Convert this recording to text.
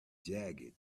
jagged